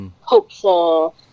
hopeful